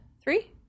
Three